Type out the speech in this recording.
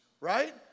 right